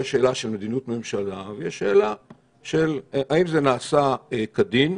יש שאלה של מדיניות ממשלה ויש שאלה של האם זה נעשה כדין.